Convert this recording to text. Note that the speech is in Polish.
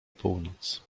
północ